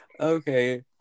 Okay